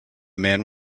man